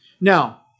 Now